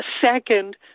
Second